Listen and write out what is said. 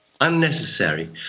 unnecessary